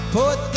put